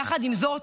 יחד עם זאת,